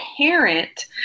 parent